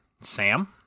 Sam